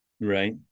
right